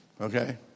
Okay